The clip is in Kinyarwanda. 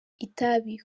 itabi